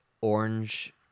orange